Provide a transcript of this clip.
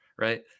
right